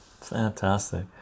fantastic